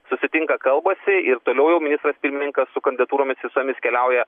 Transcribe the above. susitinka kalbasi ir toliau jau ministras pirmininkas su kandidatūromis visomis keliauja